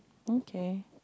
okay